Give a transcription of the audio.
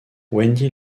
wendy